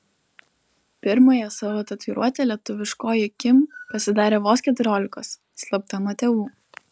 pirmąją savo tatuiruotę lietuviškoji kim pasidarė vos keturiolikos slapta nuo tėvų